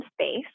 space